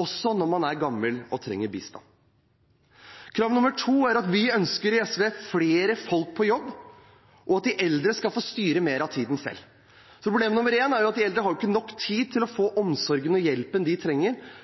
Også når man er gammel og trenger bistand må det gjelde. Krav nummer to er at vi i SV ønsker flere folk på jobb, og at de eldre skal få styre mer av tiden sin selv. Ett problem er at de eldre ikke får nok tid til å få den omsorgen og hjelpen de trenger,